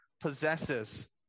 possesses